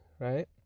right